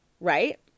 right